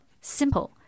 simple